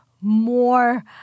more